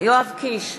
יואב קיש,